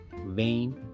vain